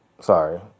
Sorry